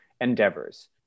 endeavors